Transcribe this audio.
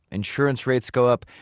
insurance rates go up,